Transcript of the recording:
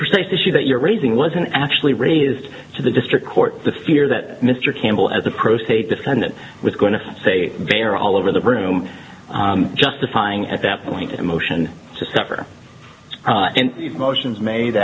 precise issue that you're raising wasn't actually raised to the district court the fear that mr campbell as a pro state defendant was going to say they are all over the room justifying at that point a motion to suffer motions made